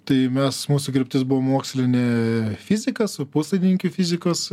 tai mes mūsų kryptis buvo mokslinė fizika su puslaidininkių fizikos